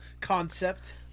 concept